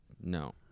No